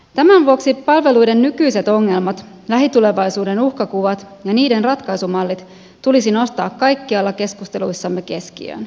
tämän vuoksi palveluiden nykyiset ongelmat lähitulevaisuuden uhkakuvat ja niiden ratkaisumallit tulisi nostaa kaikkialla keskusteluissamme keskiöön